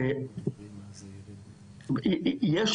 שיש